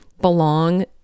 belong